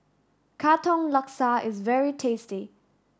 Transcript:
Katong Laksa is very tasty